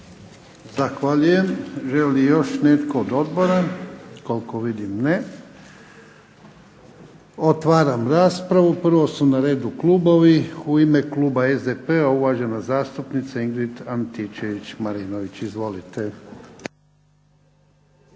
Zahvaljujem. Želi li još netko od odbora? Koliko vidim ne. Otvaram raspravu. Prvo su na redu klubovi. U ime kluba SDP-a uvažena zastupnica Ingrid Antičević-Marinović. Izvolite.